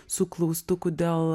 su klaustuku dėl